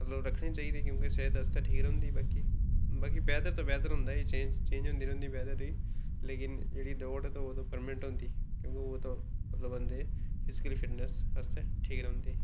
रक्खनी चाहिदी क्योंकि सेह्त आस्तै ठीक रौंहदी लेकिन वैदर ते वैदर होंदा ऐ एह् चेंज़ होदी वैदर कन्नै जेह्ड़ी दौड़ ते ओह् परमानेंट होंदी ते ओह् बंदे दी फिजिकल फिटनेस आस्तै ठीक रौहंदी